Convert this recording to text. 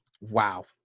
wow